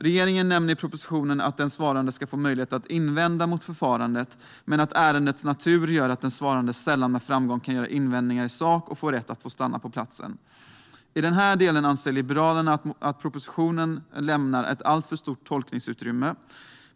Regeringen nämner i propositionen att den svarande ska få möjlighet att invända mot förfarandet men att ärendets natur gör att den svarande sällan med framgång kan göra invändningar i sak och få rätt att stanna på platsen. I den här delen anser Liberalerna att propositionen lämnar ett alltför stort tolkningsutrymme.